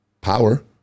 Power